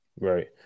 Right